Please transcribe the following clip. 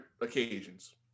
occasions